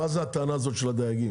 אבל מה זו הטענה של הדייגים,